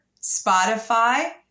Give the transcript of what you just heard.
Spotify